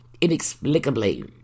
inexplicably